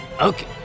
Okay